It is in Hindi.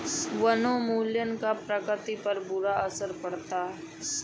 वनोन्मूलन का प्रकृति पर बुरा असर पड़ता है